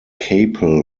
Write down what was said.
capel